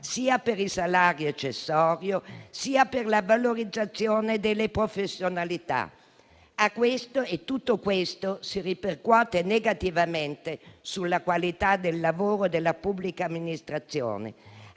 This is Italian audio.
sia per il salario accessorio sia per la valorizzazione delle professionalità. E tutto questo si ripercuote negativamente sulla qualità del lavoro della pubblica amministrazione.